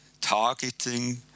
targeting